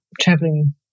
traveling